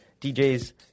DJ's